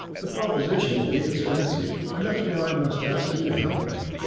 the proposition will be expensive, and that's where i must ask you to help me.